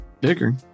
Bigger